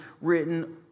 written